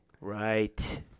Right